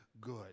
good